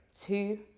Two